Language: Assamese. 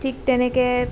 ঠিক তেনেকৈ